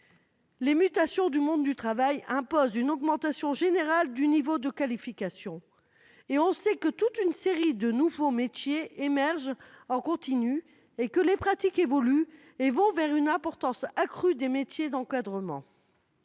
les mutations du monde du travail imposent une augmentation générale du niveau des qualifications ; toute une série de nouveaux métiers émerge continûment et les pratiques évoluent, avec en particulier une importance accrue des métiers d'encadrement.